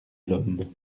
lhomme